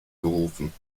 gerufen